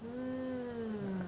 mmhmm